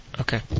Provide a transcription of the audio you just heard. Okay